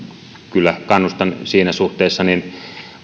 kyllä kannustan siinä suhteessa